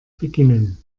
beginnen